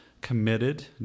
committed